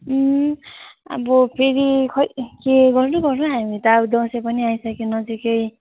अब फेरि खोइ के गर्नु गर्नु हौ हामी त अब दसैँ पनि आइसक्यो नजिकै